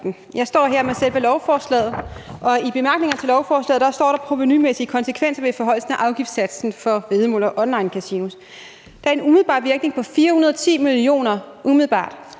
Jeg står her med selve lovforslaget, og i bemærkningerne til lovforslaget står der noget om de provenumæssige konsekvenser ved forhøjelsen af afgiftssatsen for væddemål og onlinekasino. Der er en umiddelbar virkning på 410 mio. kr., umiddelbart.